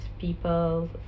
people